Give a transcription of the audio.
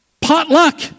potluck